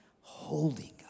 holding